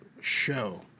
show